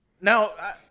Now